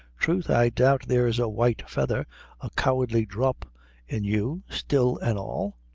troth, i doubt there's a white feather a cowardly dhrop in you, still an' all.